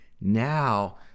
Now